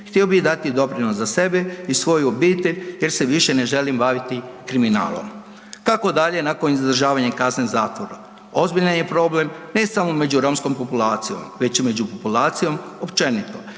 Htio bih dati doprinos za sebe i svoju obitelj jer se više ne želim baviti kriminalom. Kako dalje nakon izdržavanja kazne zatvora? Ozbiljan je problem ne samo među romskom populacijom već i među populacijom općenito.